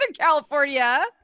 California